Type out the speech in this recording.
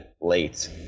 late